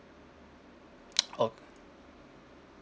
ok~